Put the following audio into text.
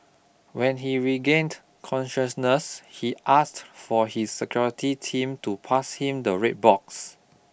when he regained consciousness he asked for his security team to pass him the red box